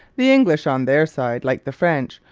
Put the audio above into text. the english on their side, like the french,